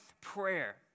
prayer